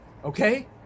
Okay